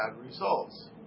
results